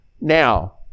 Now